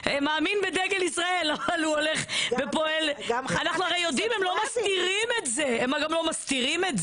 אנחנו יודעים, הם גם לא מסתירים את זה.